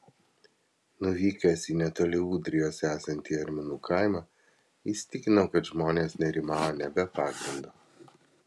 nuvykęs į netoli ūdrijos esantį arminų kaimą įsitikinau kad žmonės nerimavo ne be pagrindo